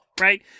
Right